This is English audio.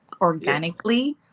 organically